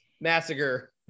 Massacre